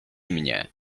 mnie